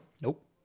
Nope